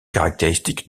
caractéristiques